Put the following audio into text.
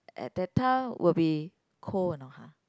at that time will be cold or not [huh]